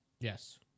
Yes